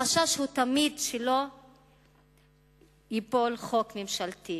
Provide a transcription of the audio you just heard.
החשש הוא תמיד שלא ייפול חוק ממשלתי,